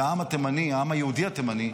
והעם התימני, העם היהודי התימני,